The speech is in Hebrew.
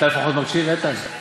אתה לפחות מקשיב, איתן?